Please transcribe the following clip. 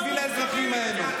בשביל האזרחים האלה.